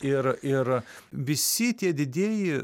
ir ir visi tie didieji